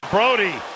Brody